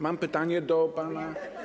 Mam pytanie do pana.